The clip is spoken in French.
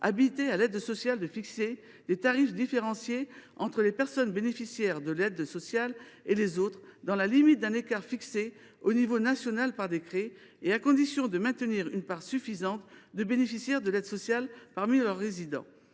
habilités à l’aide sociale de fixer des tarifs différenciés entre les personnes bénéficiaires de l’aide sociale et les autres, dans la limite d’un écart fixé au niveau national par décret et à condition de maintenir une part suffisante de bénéficiaires de l’aide sociale parmi les résidents.